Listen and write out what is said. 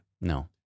No